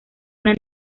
una